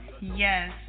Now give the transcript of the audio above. Yes